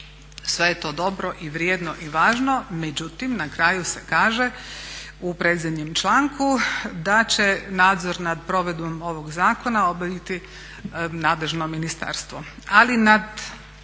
Sve je to dobro i vrijedno i važno, međutim na kraju se kaže u predzadnjem članku da će nadzor nad provedbom ovog zakona obaviti nadležno ministarstvo.